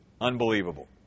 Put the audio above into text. Unbelievable